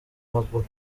maguru